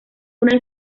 una